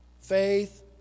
faith